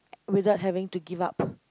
without having to give up